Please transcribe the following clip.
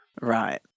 Right